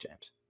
James